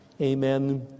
amen